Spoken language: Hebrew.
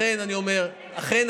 לכן אני אומר: אכן,